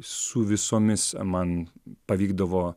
su visomis man pavykdavo